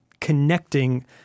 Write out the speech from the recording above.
connecting